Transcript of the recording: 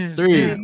Three